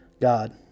God